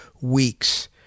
weeks